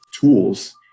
tools